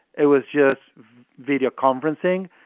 it was just video conferencing.